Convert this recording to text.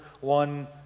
one